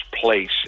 place